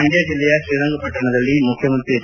ಮಂಡ್ಕ ಜಿಲ್ಲೆಯ ಶ್ರೀರಂಗಪಟ್ಟಣದಲ್ಲಿ ಮುಖ್ಯಮಂತ್ರಿ ಎಚ್